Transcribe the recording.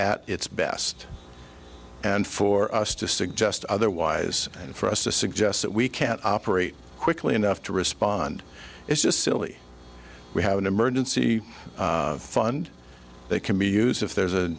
at its best and for us to suggest otherwise and for us to suggest that we can't operate quickly enough to respond is just silly we have an emergency fund they can be used if there's a